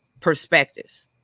perspectives